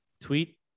tweet